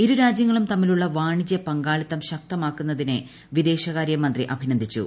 ഇരുരാജൃങ്ങളും തമ്മിലുള്ള വാണിജൃ പങ്കാളിത്തം ശക്തമാക്കുന്നതിനെ വിദേശ കാര്യ മന്ത്രി അഭിനന്ദിച്ചു